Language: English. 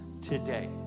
today